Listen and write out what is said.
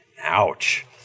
Ouch